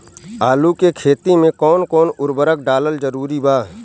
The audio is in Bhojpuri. आलू के खेती मे कौन कौन उर्वरक डालल जरूरी बा?